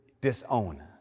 disown